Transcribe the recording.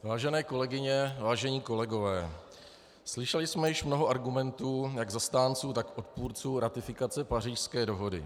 Vážené kolegyně, vážení kolegové, slyšeli jsme již mnoho argumentů jak zastánců, tak odpůrců ratifikace Pařížské dohody.